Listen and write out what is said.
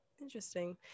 Interesting